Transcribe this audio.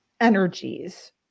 energies